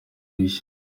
bishya